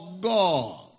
God